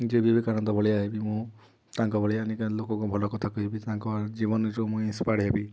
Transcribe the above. ଯେ ବିବେକାନନ୍ଦ ଭଳିଆ ହେବି ମୁଁ ତାଙ୍କ ଭଳିଆ ନିଇକିଁ ଲୋକଙ୍କୁ ଭଲ କଥା କହିବି ତାଙ୍କ ଜୀବନୀରୁ ମୁଇଁ ଇନସ୍ପାୟାର୍ଡ଼୍ ହେବି